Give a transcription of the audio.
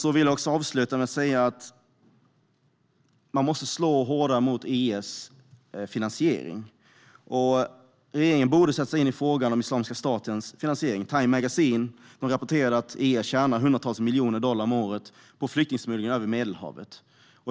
Avslutningsvis vill jag säga att man måste slå hårdare mot finansieringen av IS. Regeringen borde sätta sig in i frågan om Islamiska statens finansiering. Time Magazine har rapporterat att IS tjänar hundratals miljoner dollar om året på flyktingsmuggling över Medelhavet.